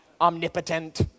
omnipotent